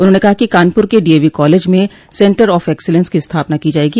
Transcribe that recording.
उन्होंने कहा कि कानपुर के डीएवी कॉलेज में सेन्टर ऑफ एक्सीलेंस की स्थापना की जायेगी